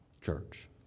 church